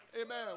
Amen